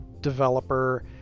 developer